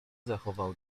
zachował